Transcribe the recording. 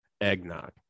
eggnog